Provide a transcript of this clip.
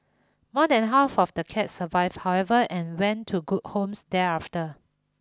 more than half of the cats survived however and went to good homes thereafter